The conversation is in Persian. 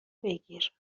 بگیر